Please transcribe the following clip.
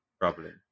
problem